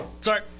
Sorry